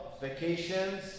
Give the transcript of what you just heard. vacations